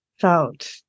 felt